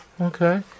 Okay